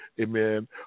Amen